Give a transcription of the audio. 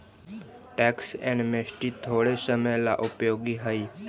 tax amnesty थोड़े समय ला उपयोगी हई